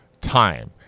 time